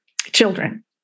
children